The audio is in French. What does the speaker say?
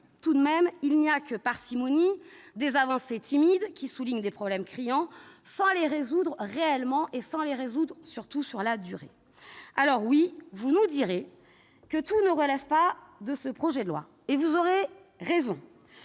votre texte, il n'y a que parcimonie, des avancées timides qui soulignent des problèmes criants sans les résoudre réellement et surtout dans la durée. Vous nous direz que tout ne relève pas de ce projet de loi et vous aurez raison.